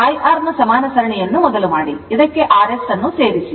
IR ನ ಸಮಾನ ಸರಣಿಯನ್ನು ಮೊದಲು ಮಾಡಿ ಇದಕ್ಕೆ rs ಅನ್ನು ಸೇರಿಸಿ